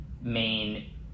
main